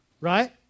Right